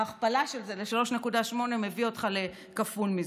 ההכפלה של זה ב-3.8 מביאה אותך לכפול מזה.